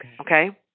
Okay